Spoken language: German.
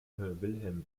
wilhelm